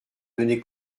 données